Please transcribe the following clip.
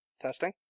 Testing